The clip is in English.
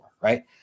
Right